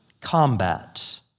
combat